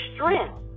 strength